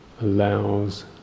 allows